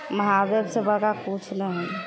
महादेवसँ बड़का किछु नहि हइ